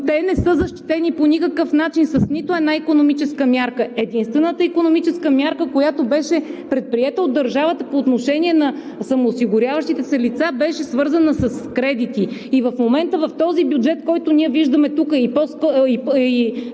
те не са защитени по никакъв начин с нито една икономическа мярка. Единствената икономическа мярка, която беше предприета от държавата по отношение на самоосигуряващите се лица, беше свързана с кредити. В момента в този бюджет, който ние виждаме тук и след